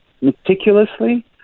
meticulously